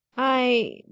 i.